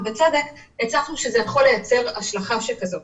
ובצדק הבנו שזה יכול לייצר השלכה כזאת.